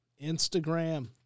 Instagram